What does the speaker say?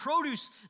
produce